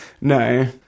no